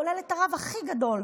כולל את הרב הכי גדול,